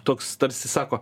toks tarsi sako